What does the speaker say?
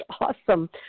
awesome